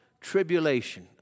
tribulation